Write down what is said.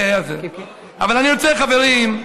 אבל אני רוצה, חברים,